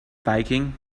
baking